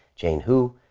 jane who?